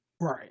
Right